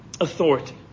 authority